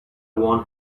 one